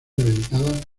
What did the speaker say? dedicada